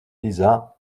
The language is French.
lisa